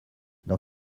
dans